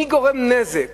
מי גורם נזק